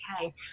okay